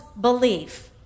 belief